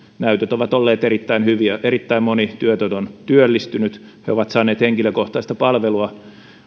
näytöt ovat olleet erittäin hyviä erittäin moni työtön on työllistynyt he ovat saaneet henkilökohtaista palvelua